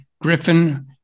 Griffin